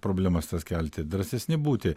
problemas tas kelti drąsesni būti